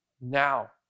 now